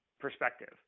perspective